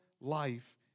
life